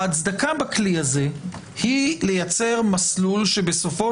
ההצדקה בכלי הזה היא לייצר מסלול שבסופו